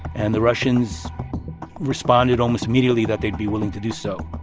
and the russians responded almost immediately that they'd be willing to do so.